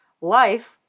Life